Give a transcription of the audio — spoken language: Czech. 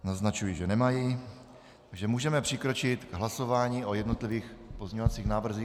Naznačují, že nemají, takže můžeme přikročit k hlasování o jednotlivých pozměňovacích návrzích.